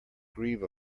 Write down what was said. grieve